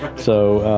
so,